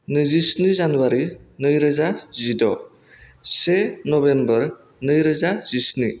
नैजि स्नि जानुवारि नै रोजा जिद' से नभेम्बर नै रोजा जि स्नि